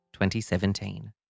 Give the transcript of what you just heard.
2017